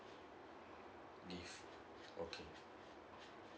leave okay